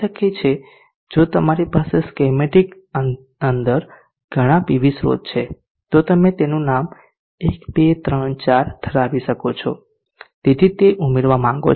હોઈ શકે છે જો તમારી પાસે સ્કેમેટિક અંદર ઘણાં પીવી સ્રોત છે તો તમે તેનું નામ 1234 ધરાવી શકો છો તેથી તે ઉમેરવા માંગો છો